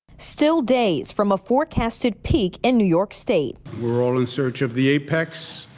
still days from a forecast to peak in new york state we're all in search of the a packs.